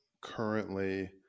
currently